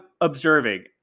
observing